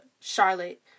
Charlotte